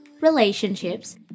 relationships